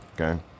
Okay